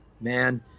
man